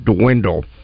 dwindle